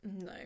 No